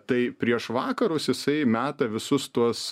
tai prieš vakarus jisai meta visus tuos